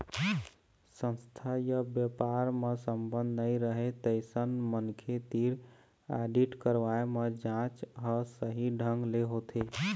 संस्था य बेपार म संबंध नइ रहय तइसन मनखे तीर आडिट करवाए म जांच ह सही ढंग ले होथे